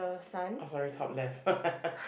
oh sorry top left